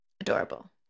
Adorable